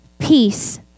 peace